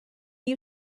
you